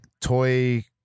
toy